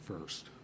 first